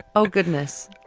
oh, goodness.